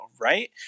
right